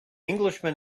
englishman